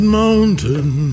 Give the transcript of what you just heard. mountain